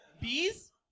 Bees